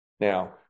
Now